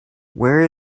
where